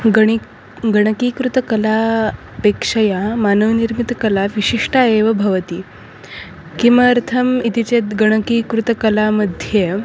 गणकः गणकीकृतकलापेक्षया मानवनिर्मितकला विशिष्टा एव भवति किमर्थम् इति चेत् गणकीकृतकला मध्ये